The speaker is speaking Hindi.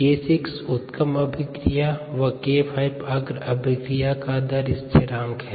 k6 उत्क्रम अभिक्रिया व k5 अग्र अभिक्रिया का दर स्थिरांक है